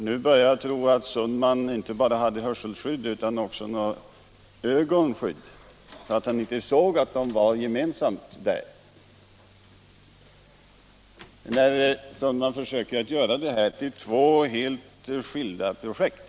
Nu börjar jag tro att herr Sundman inte bara hade hörselskydd utan också ögonskydd, så att han inte såg att de var där tillsammans. Herr Sundman försöker göra det här till två helt skilda projekt.